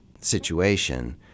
situation